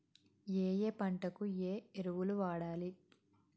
ఏయే పంటకు ఏ ఎరువులు వాడాలి?